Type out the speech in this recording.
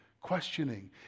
questioning